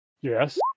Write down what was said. Yes